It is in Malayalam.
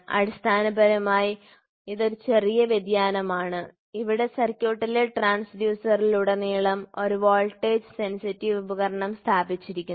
അടിസ്ഥാനപരമായി ഇതൊരു ചെറിയ വ്യതിയാനമാണ് ഇവിടെ സർക്യൂട്ടിലെ ട്രാൻസ്ഫ്യൂസറിലുടനീളം ഒരു വോൾട്ടേജ് സെൻസിറ്റീവ് ഉപകരണം സ്ഥാപിച്ചിരിക്കുന്നു